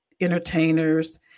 entertainers